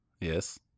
Yes